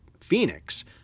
Phoenix